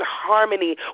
harmony